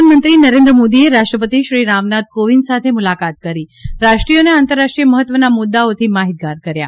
પ્રધાનમંત્રી નરેન્દ્ર મોદીએ રાષ્ટ્રપતિ શ્રી રામનાથ કોવિંદ સાથે મુલાકાત કરી રાષ્ટ્રીય અને આંતરરાષ્ટ્રીય મહત્વના મુદ્દાઓથી માહિતગાર કર્યા